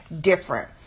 different